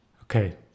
okay